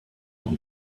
und